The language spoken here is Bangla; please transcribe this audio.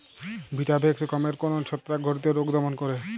ভিটাভেক্স গমের কোন ছত্রাক ঘটিত রোগ দমন করে?